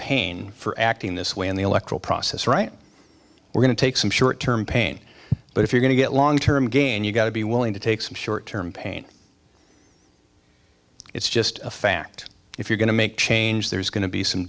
pain for acting this way in the electoral process right we're going to take some short term pain but if you're going to get long term gain you've got to be willing to take some short term pain it's just a fact if you're going to make change there's going to be some